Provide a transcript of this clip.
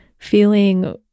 Feeling